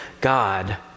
God